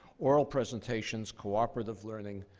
oral presentations, cooperative learning,